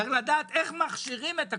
צריך לדעת איך מכשירים את הכוננים,